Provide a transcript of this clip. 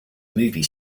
movie